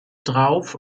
drauf